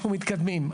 אנחנו מתקדמים.